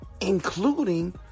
including